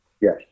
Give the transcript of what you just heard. Yes